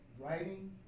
writing